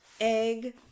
egg